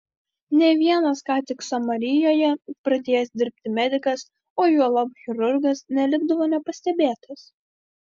nė vienas ką tik samarijoje pradėjęs dirbti medikas o juolab chirurgas nelikdavo nepastebėtas